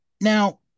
Now